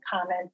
common